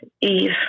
Eve